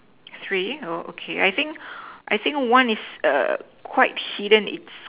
three oh okay I think I think one is quite hidden it's